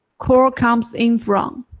call comes in from,